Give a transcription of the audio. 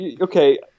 okay